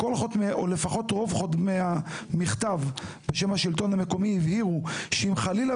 רוב חותמי המכתב בשם השלטון המקומי הבהירו שאם חלילה